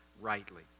rightly